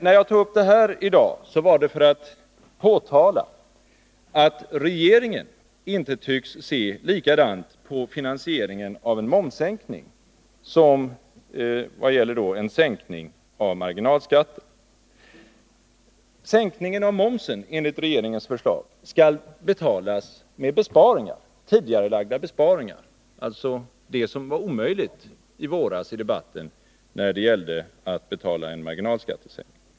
Jag har tagit upp den här frågan för att påtala att regeringen inte tycks se likadant på finansieringen av en momssänkning som man ser på finansieringen när det gäller marginalskatten. Sänkningen av momsen skall enligt regeringens förslag betalas med tidigarelagda besparingar, dvs. just det som i debatten i våras var omöjligt när det gällde att betala en marginalskattesänkning.